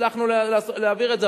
והצלחנו להעביר את זה,